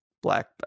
Black